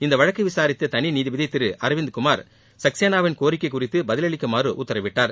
இந்தவழக்கை விசாரித்த தனி நீதிபதி திரு அரவிந்த்குமார் சக்சேனாவிள் கோரிக்கை குறித்து பதிலளிக்குமாறு உத்தரவிட்டார்